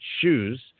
shoes